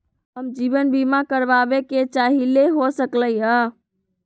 हम जीवन बीमा कारवाबे के चाहईले, हो सकलक ह?